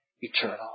eternal